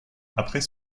après